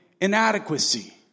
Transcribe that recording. inadequacy